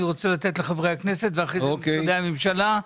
אני רוצה לתת לחברי הכנסת ואחרי כן למשרדי הממשלה.